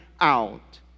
out